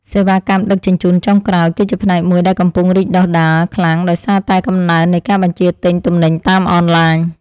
សេវាកម្មដឹកជញ្ជូនចុងក្រោយ គឺជាផ្នែកមួយដែលកំពុងរីកដុះដាលខ្លាំងដោយសារតែកំណើននៃការបញ្ជាទិញទំនិញតាមអនឡាញ។